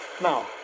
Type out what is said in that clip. Now